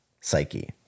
psyche